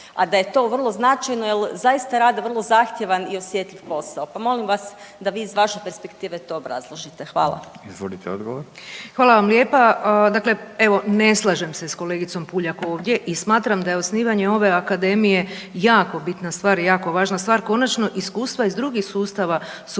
a da je to vrlo značajno jel zaista rade vrlo zahtjevan i osjetljiv posao, pa molim vas da vi iz vaše perspektive to obrazložite. Hvala. **Radin, Furio (Nezavisni)** Izvolite odgovor. **Bedeković, Vesna (HDZ)** Hvala vam lijepa. Dakle, evo ne slažem se s kolegicom Puljak ovdje i smatram da je osnivanje ove akademije jako bitna stvar i jako važna stvar. Konačno iskustva iz drugih sustava su